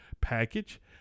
package